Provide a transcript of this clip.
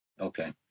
Okay